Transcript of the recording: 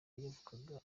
yavugaga